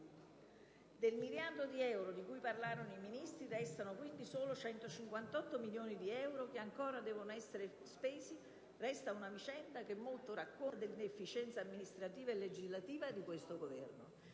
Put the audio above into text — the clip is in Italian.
Del miliardo di euro di cui parlarono i Ministri restano, quindi, solo 158 milioni di euro che ancora devono poter essere spesi; resta una vicenda che molto racconta della inefficienza dell'azione amministrativa e legislativa di questo Governo;